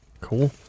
Cool